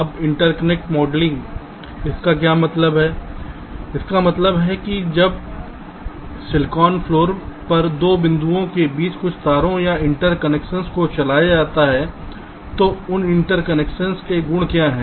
अब interconnect modelling इसका क्या मतलब है कि जब सिलिकॉन फ्लोर पर 2 बिंदुओं के बीच कुछ तारों या इंटरकनेक्शन्स को चलाया जाता है तो उन इंटरकनेक्शन्स के गुण क्या हैं